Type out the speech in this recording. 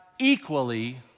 equally